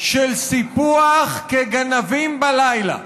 של סיפוח כגנבים בלילה.